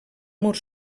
mur